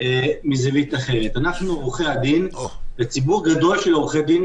אנחנו עורכי-הדין זה ציבור גדול של עורכי-דין